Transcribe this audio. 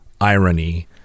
irony